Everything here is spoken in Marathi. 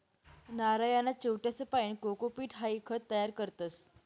नारयना चिवट्यासपाईन कोकोपीट हाई खत तयार करतस